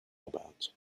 about